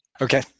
Okay